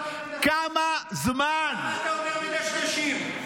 למה אתה אומר שמדשדשים?